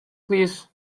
plîs